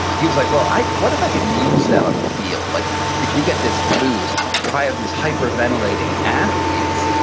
he was like, well, what if i could use that on the field? like if you get this boost, if i have these hyper-ventilating athletes,